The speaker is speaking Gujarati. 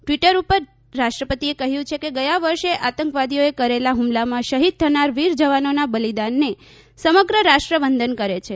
ટ્વીટર ઉપર રાષ્ટ્રપતિએ કહ્યું છે કે ગયા વર્ષે આતંકવાદીઓએ કરેલા ફુમલામાં શહિદ થનાર વીર જવાનોના બલિદાનને સમગ્ર રાષ્ટ્ર વંદન કરે છે